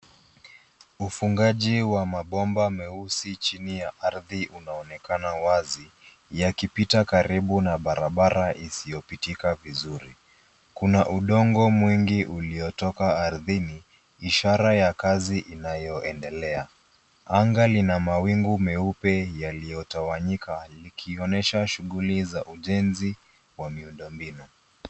Ufungaji wa mabomba meusi chini ya ardhi unaonekana wazi yakipita karibu na barabara isiyopitika vizuri. Kuna udongo mwingi uliotoka ardhini, ishara ya kazi inayoendelea. Anga lina mawingu meupe yaliyotawanyika likionyesha shughuli za ujenzi wa miundombinu.